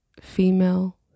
female